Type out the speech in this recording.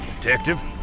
Detective